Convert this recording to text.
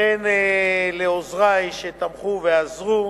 וכן לעוזרי, שתמכו ועזרו.